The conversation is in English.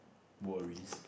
worries